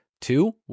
two